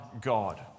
God